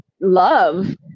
love